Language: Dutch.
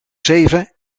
zeven